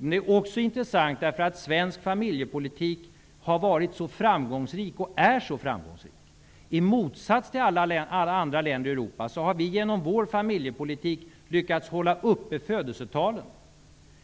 Det är också intressant därför att svensk familjepolitik har varit och är så framgångsrik. I motsats till alla andra länder i Europa har vi genom vår familjepolitik lyckats hålla uppe födelsetalen.